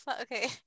Okay